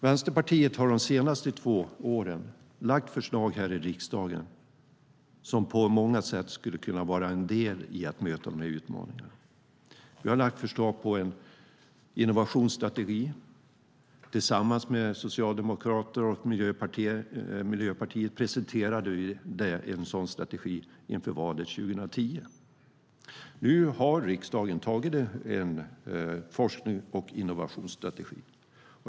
Vänsterpartiet har de senaste två åren lagt fram förslag här i riksdagen som på många sätt skulle kunna vara en del i att möta de utmaningarna. Vi har lagt fram förslag om en innovationsstrategi. Tillsammans med Socialdemokraterna och Miljöpartiet presenterade vi en sådan strategi inför valet 2010. Nu har riksdagen antagit en forsknings och innovationsstrategi.